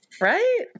right